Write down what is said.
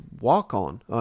walk-on